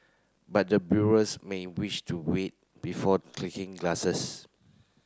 but the brewers may wish to wait before clinking glasses